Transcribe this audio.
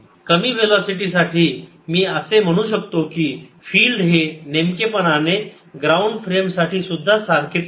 कमी वेलोसिटी साठी मी असे म्हणू शकतो की फिल्ड हे नेमकेपणाने ग्राउंड फ्रेम साठी सुद्धा सारखेच आहे